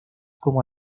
como